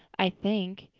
i think.